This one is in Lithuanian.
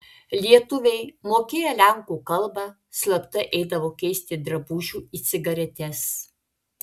lietuviai mokėję lenkų kalbą slapta eidavo keisti drabužių į cigaretes